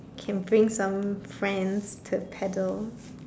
can bring some friends to paddle